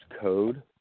code